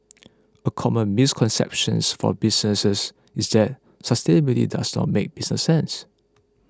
a common misconceptions for businesses is that sustainability does not make business sense